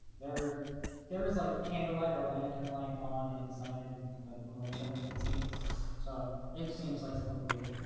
there there's like candlelight or lantern light on inside like from the window you can see so it seems like some of the week